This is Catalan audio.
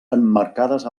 emmarcades